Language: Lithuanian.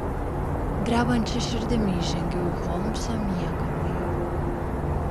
drebančia širdimi įžengiau į holmso miegamąjį